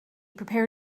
prepared